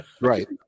Right